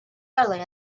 early